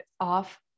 off